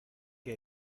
que